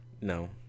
No